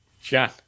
John